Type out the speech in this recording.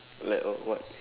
lack of what